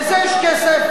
לזה יש כסף?